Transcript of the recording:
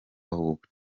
ahubwo